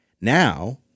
Now